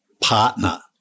partner